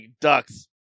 ducks